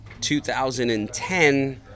2010